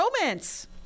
Romance